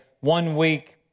one-week